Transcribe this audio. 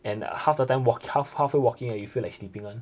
and half the time walk half halfway walking and you feel like sleeping one